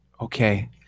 Okay